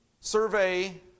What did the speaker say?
survey